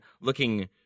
looking